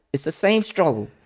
it's the same struggle.